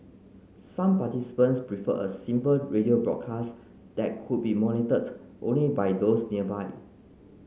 some participants preferred a simple radio broadcast that could be monitored only by those nearby